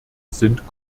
sind